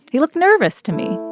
he looked nervous to me